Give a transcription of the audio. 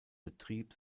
betrieb